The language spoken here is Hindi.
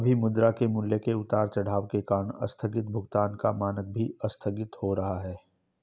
अभी मुद्रा के मूल्य के उतार चढ़ाव के कारण आस्थगित भुगतान का मानक भी आस्थगित हो रहा है